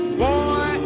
boy